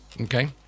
Okay